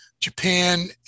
Japan